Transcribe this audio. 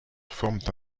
forment